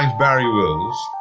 um barrie wills.